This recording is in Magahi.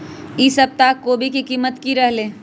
ई सप्ताह कोवी के कीमत की रहलै?